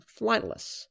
flightless